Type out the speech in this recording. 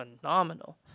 phenomenal